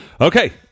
Okay